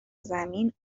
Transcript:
زمین